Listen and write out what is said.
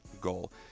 goal